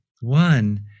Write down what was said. One